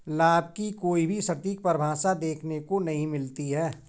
लाभ की कोई भी सटीक परिभाषा देखने को नहीं मिलती है